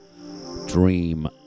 dream